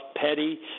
petty